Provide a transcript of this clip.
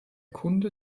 kunde